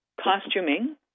costuming